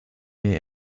mir